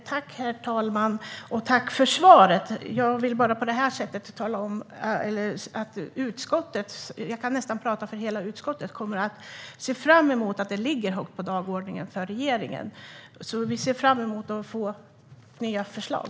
Herr talman! Tack för svaret! Jag vill bara på detta sätt tala om att vi i utskottet - och jag kan tala för nästan hela utskottet - är glada över att det ligger högt på regeringens dagordning. Vi ser helt enkelt fram emot att få nya förslag.